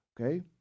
Okay